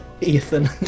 Ethan